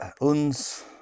Uns